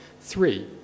Three